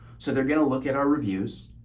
so they're going to look at our reviews,